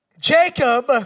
Jacob